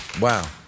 Wow